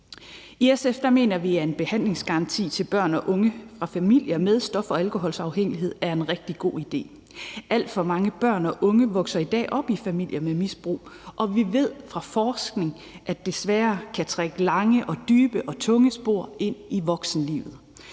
I SF mener vi, at en behandlingsgaranti til børn og unge fra familier med stof- eller alkoholafhængighed er en rigtig god idé. Alt for mange børn og unge vokser i dag op i familier med misbrug, og vi ved fra forskning, at det desværre kan trække lange og dybe og tunge spor ind i voksenlivet.